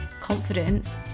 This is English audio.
confidence